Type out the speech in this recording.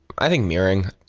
i think mirroring.